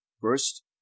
First